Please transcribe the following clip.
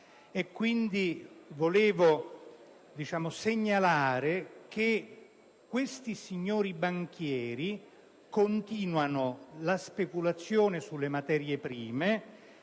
Woods, vorrei segnalare che i signori banchieri continuano la speculazione sulle materie prime.